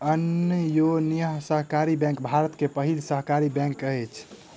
अन्योन्या सहकारी बैंक भारत के पहिल सहकारी बैंक अछि